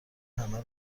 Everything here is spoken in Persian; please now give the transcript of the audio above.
همه